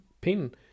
pin